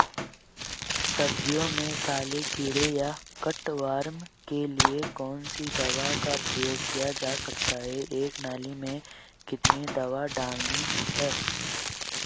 सब्जियों में काले कीड़े या कट वार्म के लिए कौन सी दवा का प्रयोग किया जा सकता है एक नाली में कितनी दवा डालनी है?